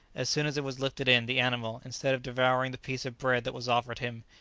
as soon as it was lifted in, the animal, instead of devouring the piece of bread that was offered him,